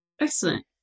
Excellent